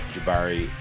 Jabari